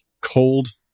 cold